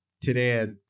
today